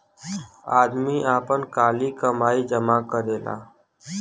आदमी आपन काली कमाई जमा करेला